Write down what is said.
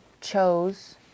chose